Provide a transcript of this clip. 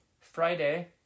Friday